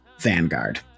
Vanguard